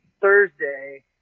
Thursday